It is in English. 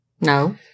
No